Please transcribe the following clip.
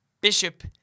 Bishop